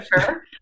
Sure